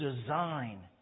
design